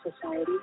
society